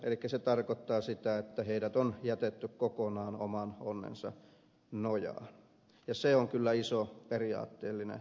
elikkä se tarkoittaa sitä että heidät on jätetty kokonaan oman onnensa nojaan ja se on kyllä iso periaatteellinen valinta